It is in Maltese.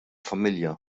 familja